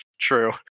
true